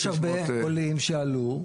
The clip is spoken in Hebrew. יש הרבה עולים שעלו,